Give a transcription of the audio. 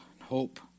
hope